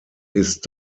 ist